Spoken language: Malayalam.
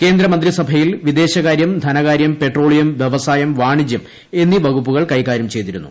കേന്ദ്രമന്ത്രി സഭയിൽ വിദേശകാരൃം ധനകാരൃം പെട്രോളിയം വൃവസായം വാണിജ്യം എന്നീ വകുപ്പുകൾ കൈ കാര്യം ചെയ്തിരുന്നു